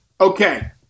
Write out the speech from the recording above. okay